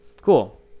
Cool